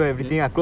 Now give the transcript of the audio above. then